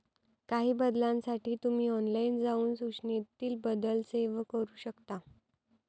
काही बदलांसाठी तुम्ही ऑनलाइन जाऊन सूचनेतील बदल सेव्ह करू शकता